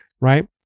right